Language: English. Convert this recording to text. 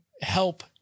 help